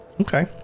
Okay